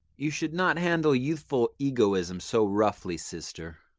you should not handle youthful egoism so roughly, sister.